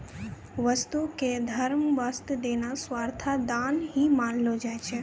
वस्तु क धर्म वास्तअ देना सर्वथा दान ही मानलो जाय छै